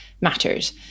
matters